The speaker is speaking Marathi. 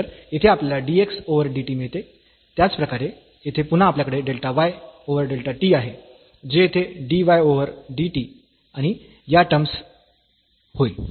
तर येथे आपल्याला dx ओव्हर dt मिळते त्याचप्रकारे येथे पुन्हा आपल्याकडे delta y over delta t आहे जे येथे dy ओव्हर dt आणि या टर्म्स होईल